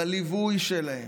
בליווי שלהם,